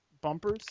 Bumpers